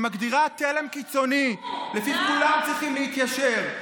שמגדירה תלם קיצוני שלפיו כולם צריכים להתיישר,